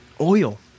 oil